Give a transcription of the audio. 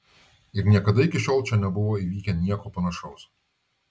ir niekada iki šiol čia nebuvo įvykę nieko panašaus